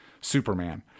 superman